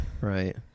right